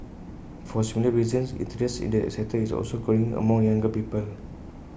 for similar reasons interest in the sector is also growing among younger people